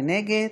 מי נגד?